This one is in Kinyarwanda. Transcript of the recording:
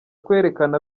kwerekana